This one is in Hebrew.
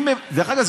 דרך אגב,